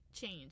change